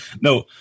No